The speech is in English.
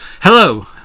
hello